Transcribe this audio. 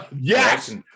Yes